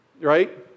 right